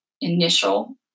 initial